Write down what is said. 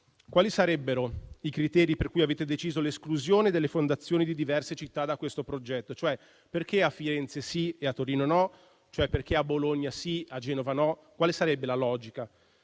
quali sarebbero i criteri per cui avete deciso l'esclusione delle fondazioni di diverse città da questo progetto? Perché a Firenze sì e a Torino no? Perché a Bologna sì e a Genova no? Quale sarebbe la logica?